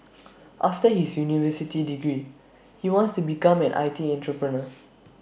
after his university degree he wants to become an I T entrepreneur